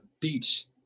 beach